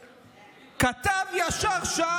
כתב ישר שר